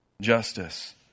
justice